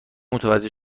متوجه